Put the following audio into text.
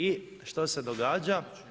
I što se događa?